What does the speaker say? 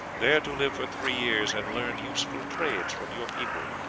there to live for three years and learn useful trades from your people.